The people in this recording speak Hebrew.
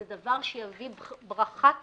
זה דבר שיביא ברכה צרכנית,